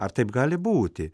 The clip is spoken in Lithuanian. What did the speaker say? ar taip gali būti